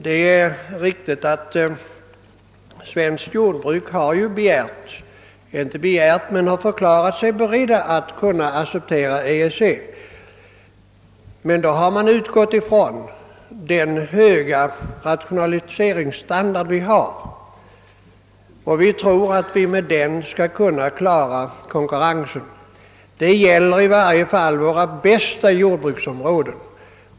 Det är riktigt att man inom svenskt jordbruk förklarat sig beredd att acceptera EEC, men då har man utgått ifrån den höga rationaliseringsstandard vi har. Vi tror att vi med den skall kunna klara konkurrensen. Detta gäller i varje fall våra bästa jordbruksområden.